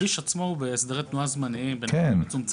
הכביש עצמו הוא בהסדרי תנועה זמניים ומצומצמים.